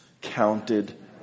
counted